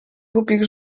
głupich